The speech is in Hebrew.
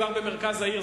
הוא גר במרכז העיר,